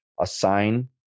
assign